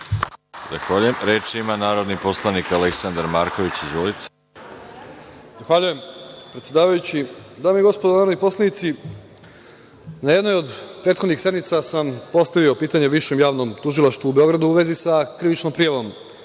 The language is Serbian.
Zahvaljujem se. Reč ima narodni poslanik Aleksandar Marković. Izvolite. **Aleksandar Marković** Zahvaljujem, predsedavajući. Dame i gospodo narodni poslanici, na jednoj od prethodnih sednica sam postavio pitanje Višem javnom tužilaštvu u Beogradu u vezi sa krivičnom prijavom